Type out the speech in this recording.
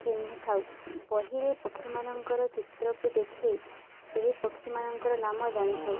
ଚିହ୍ନିଥାଉ ବହିରେ ପକ୍ଷୀମାନଙ୍କର ଚିତ୍ରକୁ ଦେଖି ସେହି ପକ୍ଷୀମାନଙ୍କର ନାମ ଜାଣିଥାଉ